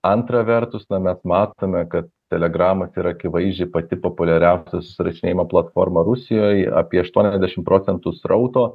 antra vertus na mes matome kad telegramas yra akivaizdžiai pati populiariausia susirašinėjimo platforma rusijoje apie aštuoniadešimt procentų srauto